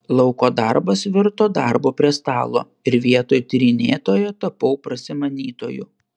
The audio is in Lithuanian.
lauko darbas virto darbu prie stalo ir vietoj tyrinėtojo tapau prasimanytoju